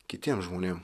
kitiem žmonėm